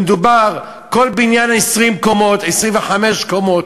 כל בניין, 20 קומות, 25 קומות.